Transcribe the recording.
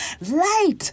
light